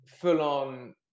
full-on